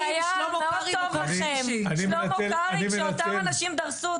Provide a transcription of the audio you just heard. שאמונים על שמירת הביטחון שם,